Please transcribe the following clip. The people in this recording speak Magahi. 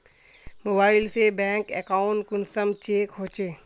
मोबाईल से बैंक अकाउंट कुंसम चेक होचे?